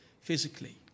physically